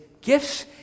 gifts